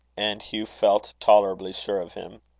and hugh felt tolerably sure of him.